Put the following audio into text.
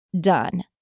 done